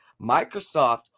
Microsoft